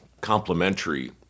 complementary